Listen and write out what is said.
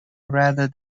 rather